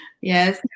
Yes